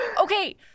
Okay